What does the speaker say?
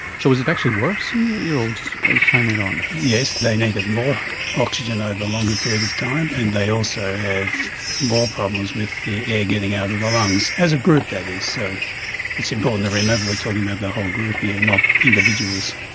so was it actually worse in the eight year olds as time went on? yes, they needed more oxygen over a longer period of time and they also have more problems with the air getting out of the lungs, as a group that is. so it's important to remember we're talking about the whole group here, not individuals.